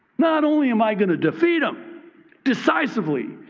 not only am i going to defeat them decisively,